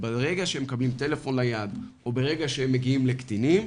וברגע שהם מקבלים טלפון ליד ברגע שהם מגיעים לקטינים,